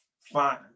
fine